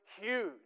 huge